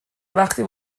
وقتی